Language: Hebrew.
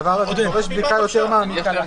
הדבר הזה דורש בדיקה יותר מעמיקה.